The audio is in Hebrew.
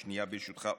שנייה, ברשותך.